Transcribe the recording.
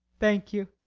thank you!